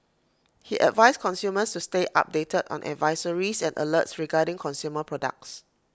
he advised consumers to stay updated on advisories and alerts regarding consumer products